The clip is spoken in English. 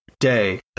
Day